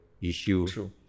issue